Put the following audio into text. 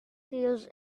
seals